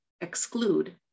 exclude